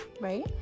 Right